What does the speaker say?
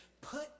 put